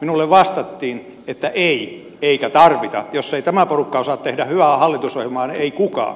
minulle vastattiin että ei eikä tarvita jos ei tämä porukka osaa tehdä hyvää hallitusohjelmaa niin ei kukaan